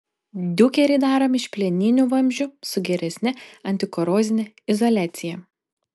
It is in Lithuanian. diukeriai daromi iš plieninių vamzdžių su geresne antikorozine izoliacija